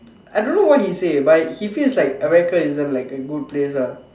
I don't know what he say but he feels like America isn't like a good place ah